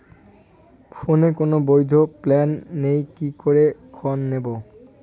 ফোনে কোন বৈধ প্ল্যান নেই কি করে ঋণ নেব?